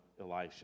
Elisha